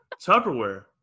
Tupperware